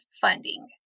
funding